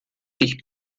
dich